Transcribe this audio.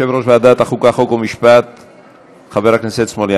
חבר הכנסת חזן.